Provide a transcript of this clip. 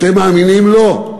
אתם מאמינים לו?